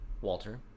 Walter